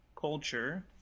culture